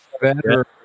better